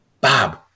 Bob